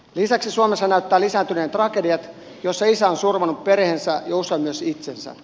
lisäksi suomessa näyttävät lisääntyneen tragediat jossa isä on surmannut perheensä ja usein myös itsensä